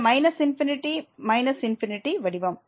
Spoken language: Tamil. இந்த ∞∞ வடிவம்